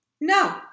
No